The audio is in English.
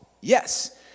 Yes